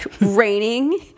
raining